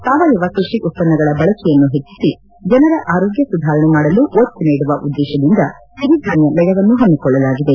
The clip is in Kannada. ಸಾವಯವ ಕೃಷಿ ಉತ್ಪನ್ನಗಳ ಬಳಕೆಯನ್ನು ಹೆಚ್ಚಿಸಿ ಜನರ ಆರೋಗ್ಯ ಸುಧಾರಣೆ ಮಾಡಲು ಒತ್ತು ನೀಡುವ ಉದ್ದೇಶದಿಂದ ಸಿರಿಧಾನ್ಯ ಮೇಳವನ್ನು ಹಮ್ಮಿಕೊಳ್ಳಲಾಗಿದೆ